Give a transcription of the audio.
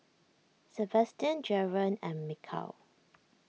Sabastian Jaren and Mikal